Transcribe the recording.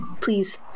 Please